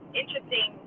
interesting